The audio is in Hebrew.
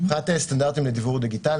מבחינת סטנדרטים לדיוור דיגיטלי,